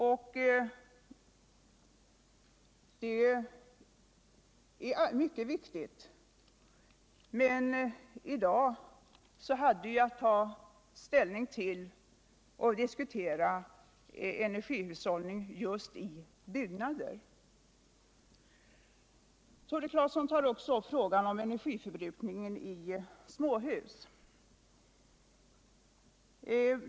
Men i dag har vi att diskutera och ta ställning till frågan om energihushållning just i byggnader. Tore Claeson tog också upp frågan om energiförbrukningen i småhus.